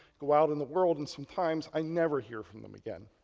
go out in the world and sometimes, i never hear from them again.